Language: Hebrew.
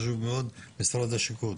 חשוב מאוד למשרד השיכון.